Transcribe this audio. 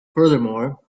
furthermore